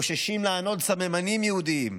חוששים לענוד סממנים יהודיים: